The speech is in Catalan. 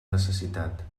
necessitat